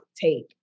take